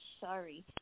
Sorry